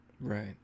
right